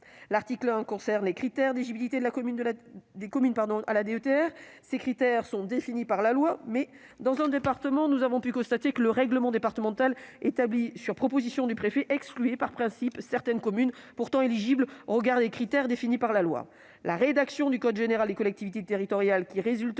L'article 1 concerne les critères d'éligibilité des communes à la DETR, qui sont définis par la loi. Dans un département, nous avons pu constater que le règlement départemental établi sur proposition du préfet excluait par principe certaines communes, pourtant éligibles au regard des critères déterminés par la loi. La rédaction du code général des collectivités territoriales qui résulterait